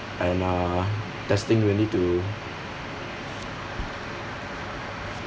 and uh testing will need to